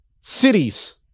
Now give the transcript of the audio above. cities